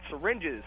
syringes